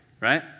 right